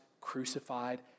crucified